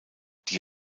die